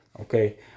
Okay